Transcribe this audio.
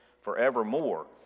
forevermore